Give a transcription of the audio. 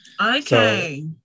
Okay